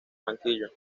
banquillo